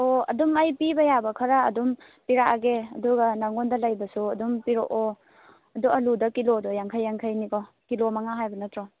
ꯑꯣ ꯑꯗꯨꯝ ꯑꯩ ꯄꯤꯕ ꯌꯥꯕ ꯈꯔ ꯑꯗꯨꯝ ꯄꯤꯔꯛꯑꯒꯦ ꯑꯗꯨꯒ ꯅꯉꯣꯟꯗ ꯂꯩꯕꯁꯨ ꯑꯗꯨꯝ ꯄꯤꯔꯛꯑꯣ ꯑꯗꯣ ꯑꯂꯨꯗ ꯀꯤꯂꯣꯗ ꯌꯥꯡꯈꯩ ꯌꯥꯡꯈꯩꯅꯤꯀꯣ ꯀꯤꯂꯣ ꯃꯉꯥ ꯍꯥꯏꯕ ꯅꯠꯇ꯭ꯔꯣ